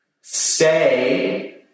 Stay